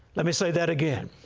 let me say that again.